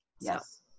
Yes